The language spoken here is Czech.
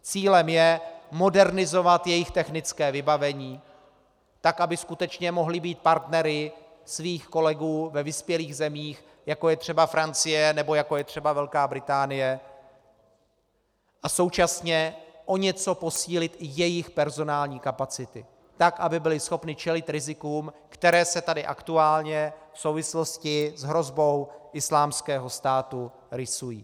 Cílem je modernizovat jejich technické vybavení tak, aby skutečně mohly být partnery svých kolegů ve vyspělých zemích, jako je třeba Francie nebo jako je třeba Velká Británie, a současně o něco posílit i jejich personální kapacity tak, aby byly schopny čelit rizikům, která se tady aktuálně v souvislosti s hrozbou Islámského státu rýsují.